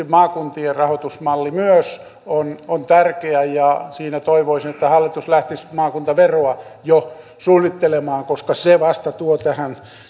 maakuntien rahoitusmalli on on tärkeä ja siinä toivoisin että hallitus lähtisi maakuntaveroa jo suunnittelemaan koska se vasta tuo tähän